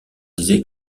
disait